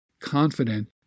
confident